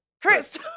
Chris